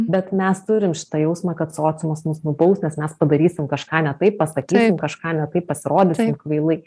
bet mes turim tą jausmą kad sociumas mus nubaus nes mes padarysim kažką ne taip pasakysim kažką ne taip pasirodysim kvailai